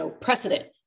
precedent